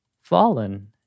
Fallen